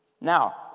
Now